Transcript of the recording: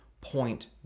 point